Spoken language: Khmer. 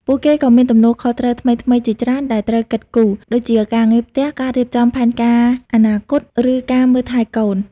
ពួកគេក៏មានទំនួលខុសត្រូវថ្មីៗជាច្រើនដែលត្រូវគិតគូរ ដូចជាការងារផ្ទះ ការរៀបចំផែនការអនាគត ឬការមើលថែកូន ។